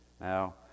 Now